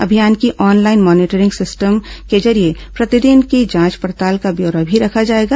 अभियान की online monitoring system के जरिये प्रतिदिन की जांच पड़ताल का व्यौरा भी रखा जाएगा